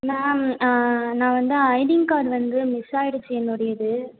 ma'am ஆ நான் வந்து ஐடிங் கார்டு வந்து மிஸ் ஆகிடுத்து என்னுடையது